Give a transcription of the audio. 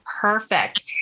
perfect